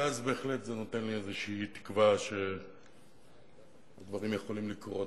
ואז בהחלט זה נותן לי איזו תקווה שדברים יכולים לקרות.